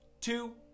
two